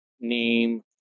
name